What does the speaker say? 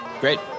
Great